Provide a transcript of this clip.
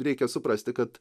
reikia suprasti kad